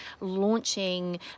launching